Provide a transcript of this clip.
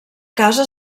casa